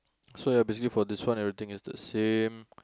so ya basically for this one everything is the same